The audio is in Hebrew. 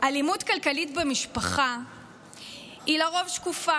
אלימות כלכלית במשפחה היא לרוב שקופה.